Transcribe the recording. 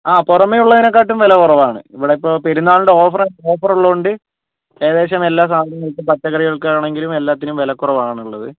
ആ പുറമെ ഉള്ളതിനെക്കാളും വില കുറവാണ് ഇവിടെ ഇപ്പോൾ പെരുന്നാളിൻ്റെ ഓഫറ് ഓഫറുള്ളതുകൊണ്ട് ഏകദേശം എല്ലാ സാധനങ്ങൾക്കും പച്ചക്കറികൾക്കാണെങ്കിലും എല്ലാത്തിനും വിലക്കുറവാണുള്ളത്